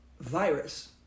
virus